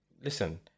listen